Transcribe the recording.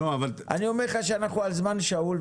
אני אומר לך שאנחנו על זמן שאול.